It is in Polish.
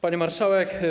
Pani Marszałek!